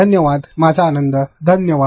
धन्यवाद माझा आनंद धन्यवाद